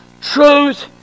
Truth